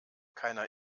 keiner